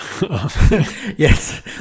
Yes